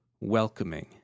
welcoming